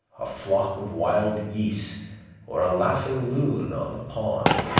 a flock of wild geese or a laughing loon on the pond,